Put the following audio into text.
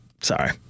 Sorry